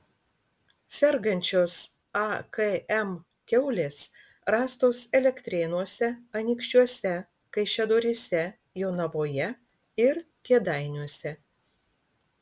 sergančios akm kiaulės rastos elektrėnuose anykščiuose kaišiadoryse jonavoje ir kėdainiuose